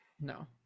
No